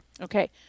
okay